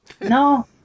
No